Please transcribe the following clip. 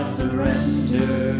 surrender